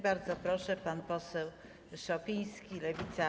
Bardzo proszę, pan poseł Szopiński, Lewica.